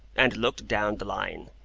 and looked down the line.